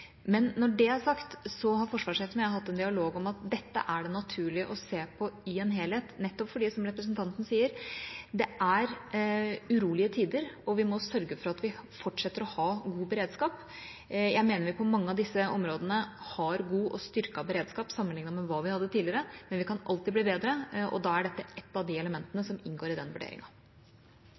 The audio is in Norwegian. Men når det er sagt, har forsvarssjefen og jeg hatt en dialog om at dette er det naturlig å se på i en helhet, nettopp fordi, som representanten sier, det er urolige tider, og vi må sørge for fortsatt å ha god beredskap. Jeg mener vi på mange av disse områdene har god og styrket beredskap sammenlignet med hva vi hadde tidligere, men vi kan alltid bli bedre. Da er dette ett av de elementene som inngår i den vurderinga.